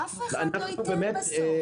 אף אחד לא ייתן בסוף.